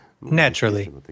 Naturally